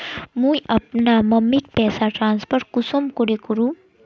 मुई अपना मम्मीक पैसा ट्रांसफर कुंसम करे करूम?